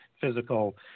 physical